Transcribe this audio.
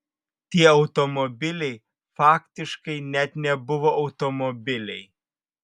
tie automobiliai faktiškai net nebuvo automobiliai